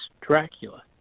Dracula